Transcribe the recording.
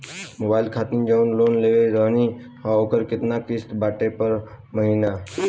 Mobile खातिर जाऊन loan लेले रहनी ह ओकर केतना किश्त बाटे हर महिना?